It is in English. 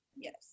Yes